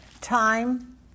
Time